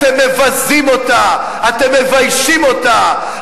אתם מבזים אותה, אתם מביישים אותה.